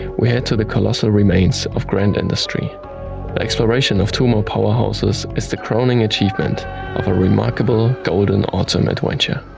we head to the colossal remains of grand industry. the exploration of two more powerhouses is the crowning achievement of a remarkable golden autumn adventure